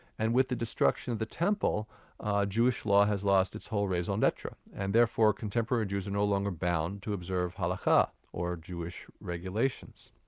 and with the destruction of the temple jewish law has lost its whole raison d'etre, and therefore contemporary jews are no longer bound to observe halacha or jewish regulations.